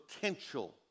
potential